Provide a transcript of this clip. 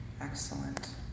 Excellent